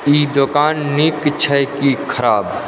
ई दोकान नीक छै कि खराब